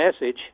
message